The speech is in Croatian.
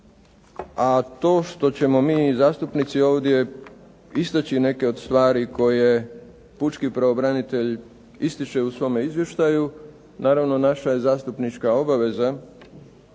a to što ćemo mi zastupnici ovdje istaći neke od stvari koje pučki pravobranitelj ističe u svome izvještaju naravno naša je zastupnička obaveza